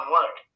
work